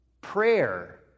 Prayer